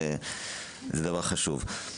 זה דבר חשוב.